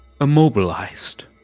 immobilized